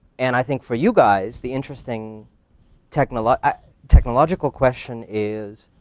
and i think for you guys, the interesting technological technological question is,